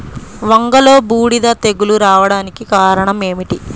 వంగలో బూడిద తెగులు రావడానికి కారణం ఏమిటి?